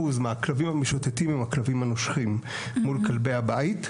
מהכלבים המשוטטים הם הכלבים הנושכים מול כלבי הבית.